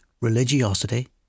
religiosity